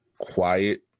quiet